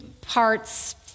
parts